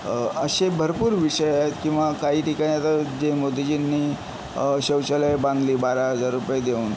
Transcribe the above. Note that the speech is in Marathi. अ असे भरपूर विषय आहेत किंवा काही ठिकाणी आता जे मोदीजींनी शौचालयं बांधली बारा हजार रुपये देऊन